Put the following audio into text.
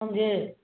समझें